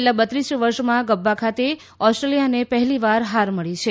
છેલ્લા બત્રીસ વર્ષમાં ગબ્બા ખાતે ઓસ્ટ્રેલીયાને પહેલી વાર હાર મળી છે